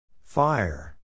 Fire